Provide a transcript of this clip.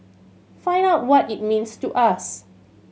find out what it means to us